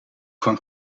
van